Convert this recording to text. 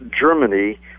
germany